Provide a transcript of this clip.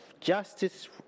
justice